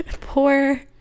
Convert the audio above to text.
poor